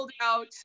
out